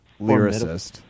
lyricist